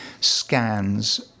scans